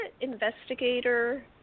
investigator